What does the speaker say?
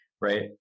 right